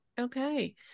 Okay